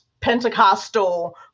Pentecostal